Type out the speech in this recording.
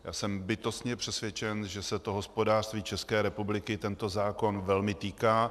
Já jsem bytostně přesvědčen, že se hospodářství České republiky tento zákon velmi týká.